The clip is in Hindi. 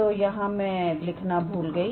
तो यह मैं लिखना भूल गई